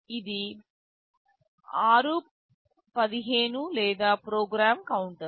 ఇది r15 లేదా program counter